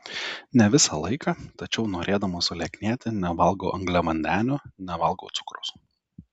ne visą laiką tačiau norėdama sulieknėti nevalgau angliavandenių nevalgau cukraus